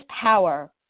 power